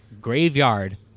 graveyard